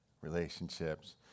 relationships